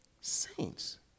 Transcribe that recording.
saints